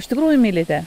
iš tikrųjų mylite